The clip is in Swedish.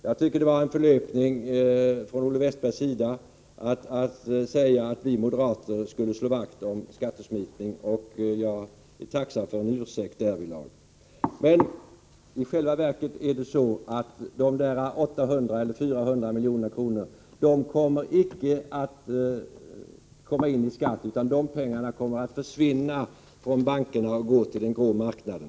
Jag tycker att det var en förlöpning av Olle Westberg att säga att vi moderater skulle slå vakt om skattesmitning, och jag är tacksam för en ursäkt därvidlag. I själva verket är det så, att dessa 800 eller 400 milj.kr. inte kommer att inflyta i skatt, utan de pengarna kommer att försvinna från bankerna och gå till den grå marknaden.